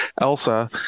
Elsa